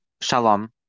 shalom